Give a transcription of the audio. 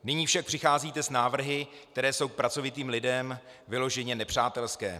Nyní však přicházíte s návrhy, které jsou k pracovitým lidem vyloženě nepřátelské.